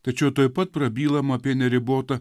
tačiau tuoj pat prabylama apie neribotą